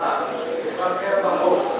למה שקיים בחוק.